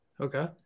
Okay